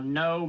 no